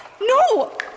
No